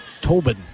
Tobin